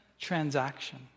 transaction